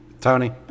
Tony